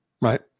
right